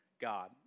God